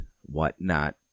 whatnot